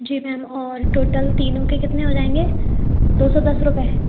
जी ma'am और total तीनों के कितने हो जाएंगे दो सौ दस रुपये